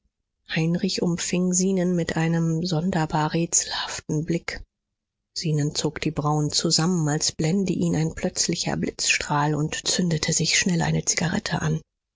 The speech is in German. heinrich umfing zenon mit einem sonderbar rätselhaften blick zenon zog die brauen zusammen als blende ihn ein plötzlicher blitzstrahl und zündete sich schnell eine zigarette an